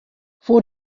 vor